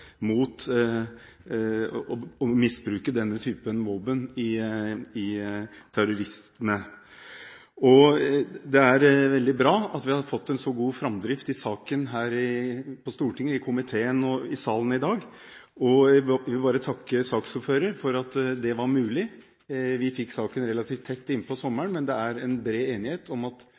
mot å misbruke denne typen våpen i terrorisme. Det er veldig bra at vi har fått en så god framdrift i saken her på Stortinget, i komiteen og i salen i dag. Jeg vil bare takke saksordføreren for at det var mulig. Vi fikk saken relativt tett innpå sommeren, men det er en bred enighet om at